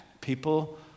people